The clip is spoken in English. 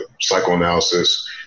psychoanalysis